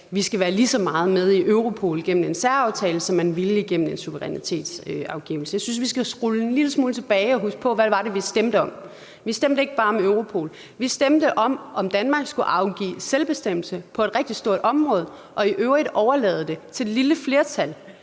til at være lige så meget med i Europol gennem en særaftale som gennem en suverænitetsafgivelse. Jeg synes, vi skal skrue tiden en lille smule tilbage og huske på, hvad det var, vi stemte om. Vi stemte ikke bare om Europol. Vi stemte om, om Danmark skulle afgive selvbestemmelse på et rigtig stort område og i øvrigt overlade det til et lille flertal